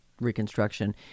reconstruction